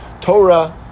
Torah